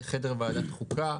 בחדר וועדת החוקה.